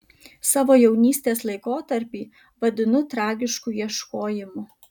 savo jaunystės laikotarpį vadinu tragišku ieškojimu